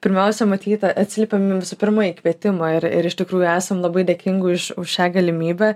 pirmiausia matyt atsiliepėm į mūsų pirmąjį kvietimą ir ir iš tikrųjų esam labai dėkingi už už šią galimybę